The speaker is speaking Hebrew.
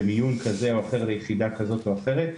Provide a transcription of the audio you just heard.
במיון כזה או אחר ליחידה כזו או אחרת,